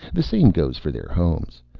the same goes for their homes.